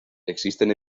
existen